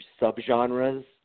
subgenres